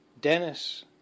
Dennis